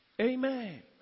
Amen